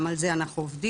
גם על זה אנחנו עובדים.